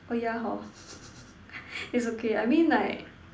oh yeah hor it's okay I mean like